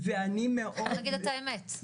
צריך להגיד את האמת.